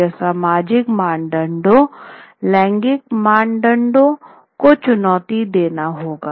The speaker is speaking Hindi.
यह सामाजिक मानदंडों लैंगिक मानदंडों को चुनौती देना होगा